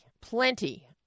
plenty